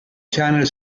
channel